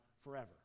forever